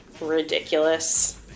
ridiculous